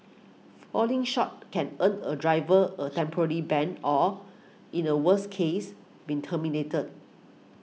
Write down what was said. falling short can earn a driver a temporary ban or in a worse case being terminated